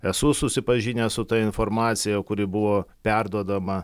esu susipažinęs su ta informacija kuri buvo perduodama